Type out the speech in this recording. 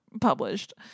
published